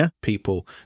people